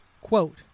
Quote